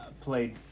played